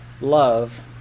love